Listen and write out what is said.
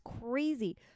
crazy